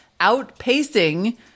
outpacing